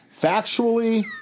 Factually